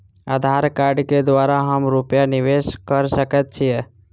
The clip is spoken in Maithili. आधार कार्ड केँ द्वारा हम रूपया निवेश कऽ सकैत छीयै?